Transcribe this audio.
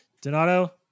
Donato